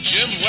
Jim